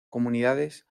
comunidades